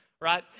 right